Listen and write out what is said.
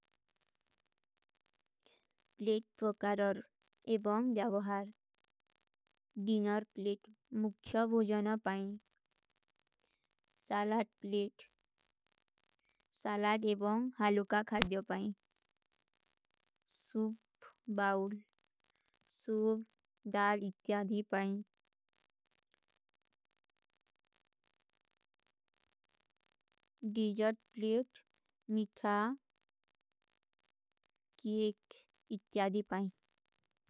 ପ୍ଲେଟ ପ୍ରକାରର ଏବଂଗ ଜାଵହର ଡିନର ପ୍ଲେଟ ମୁଖ୍ଷବୋଜନା ପାଈଂ ସାଲାଡ ପ୍ଲେଟ ସାଲାଡ ଏବଂଗ ହାଲୋକା ଖାରବ୍ଯୋ ପାଈଂ ସୂପ ବାଉଲ ସୂପ, ଦାଲ ଇତ୍ଯାଦୀ ପାଈଂ ଡିଜର୍ଟ ପ୍ଲେଟ, ମିଥା, କେକ ଇତ୍ଯାଦୀ ପାଈଂ।